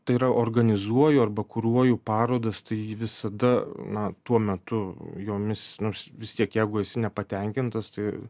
tai yra organizuoju arba kuruoju parodas tai visada na tuo metu jomis nu vis tiek jeigu esi nepatenkintas tai